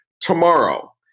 tomorrow